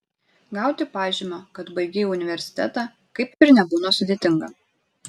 gauti pažymą kad baigei universitetą kaip ir nebūna sudėtinga